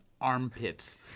armpits